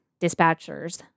dispatchers